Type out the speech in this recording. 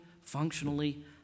functionally